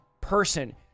person